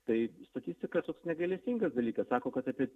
tai statistika toks negailestingas dalykas sako kad apie